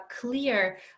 clear